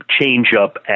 change-up